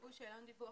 מילאו שאלון דיווח